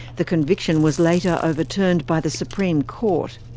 the conviction was later overturned by the supreme court.